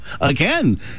Again